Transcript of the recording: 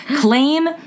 claim